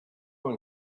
one